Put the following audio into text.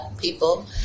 people